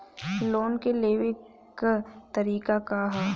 Loan के लेवे क तरीका का ह?